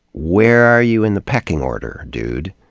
where are you in the pecking order, dude?